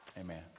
Amen